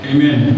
Amen